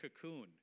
cocoon